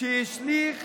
שהשליך